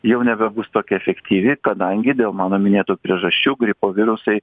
jau nebebus tokia efektyvi kadangi dėl mano minėtų priežasčių gripo virusai